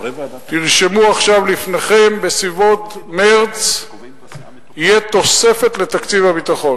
תרשמו עכשיו לפניכם: בסביבות מרס תהיה תוספת לתקציב הביטחון.